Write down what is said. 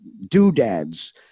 doodads